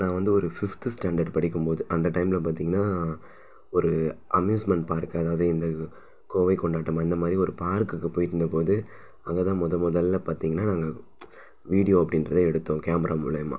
நான் வந்து ஒரு ஃபிஃப்த்து ஸ்டேண்டர்ட் படிக்கும் போது அந்த டைமில் பார்த்தீங்கன்னா ஒரு அம்யூஸ்மெண்ட் பார்க் அதாவது இந்த கோவை கொண்டாட்டம் இந்த மாதிரி ஒரு பார்க்குக்கு போயிருந்த போது அங்கே தான் மொதல் மொதலில் பார்த்தீங்கன்னா நாங்கள் வீடியோ அப்படின்றத எடுத்தோம் கேமரா மூலமா